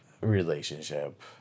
relationship